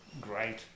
great